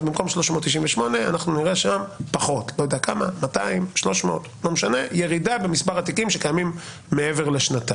במקום 398 אנחנו נראה ירידה במספר התיקים שקיימים מעבר לשנתיים.